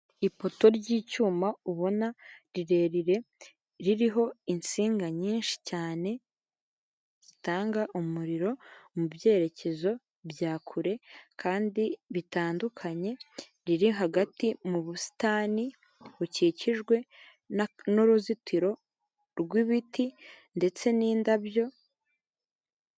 Ipoto ry'icyuma ubona rirerire ririho insinga nyinshi cyane zitanga umuriro mu byerekezo bya kure kandi bitandukanye riri hagati mu busitani bukikijwe n'uruzitiro rw'ibiti ndetse n'indabyo...